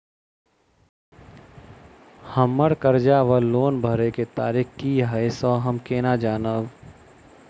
हम्मर कर्जा वा लोन भरय केँ तारीख की हय सँ हम केना जानब?